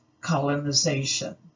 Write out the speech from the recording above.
colonization